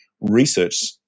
research